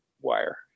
wire